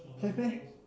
have meh